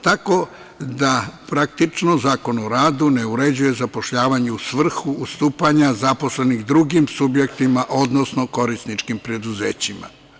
Tako da praktično Zakon o radu ne uređuje zapošljavanje u svrhu ustupanja zaposlenih, drugim subjektima, odnosno korisničkim preduzećima.